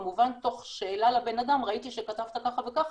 כמובן תוך שאלה לבנאדם 'ראיתי שכתבת ככה וככה,